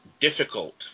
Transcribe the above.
difficult